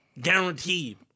Guaranteed